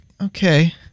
Okay